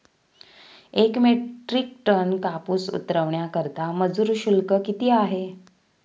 एक metric ton कापूस उतरवण्याकरता मजूर शुल्क किती आहे?